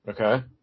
Okay